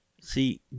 See